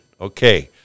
Okay